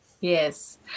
Yes